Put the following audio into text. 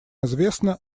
известно